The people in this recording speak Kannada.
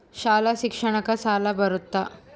ಶಾಲಾ ಶಿಕ್ಷಣಕ್ಕ ಸಾಲ ಬರುತ್ತಾ?